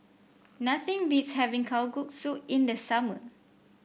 nothing beats having Kalguksu in the summer